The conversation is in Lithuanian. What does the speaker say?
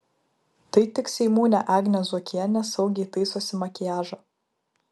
tai tik seimūnė agnė zuokienė saugiai taisosi makiažą